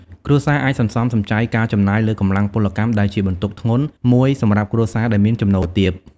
គ្រួសារអាចសន្សំសំចៃការចំណាយលើកម្លាំងពលកម្ម ដែលជាបន្ទុកធ្ងន់មួយសម្រាប់គ្រួសារដែលមានចំណូលទាប។